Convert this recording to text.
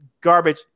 garbage